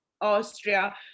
Austria